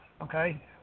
okay